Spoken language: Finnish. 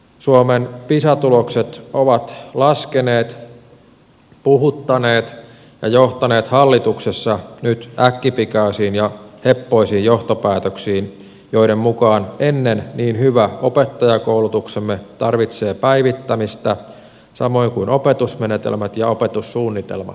suomen pisa tulokset ovat laskeneet puhuttaneet ja johtaneet hallituksessa nyt äkkipikaisiin ja heppoisiin johtopäätöksiin joiden mukaan ennen niin hyvä opettajakoulutuksemme tarvitsee päivittämistä samoin kuin opetusmenetelmät ja opetussuunnitelmat